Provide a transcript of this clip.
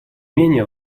менее